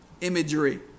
Imagery